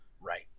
Right